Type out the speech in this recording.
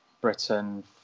britain